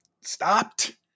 stopped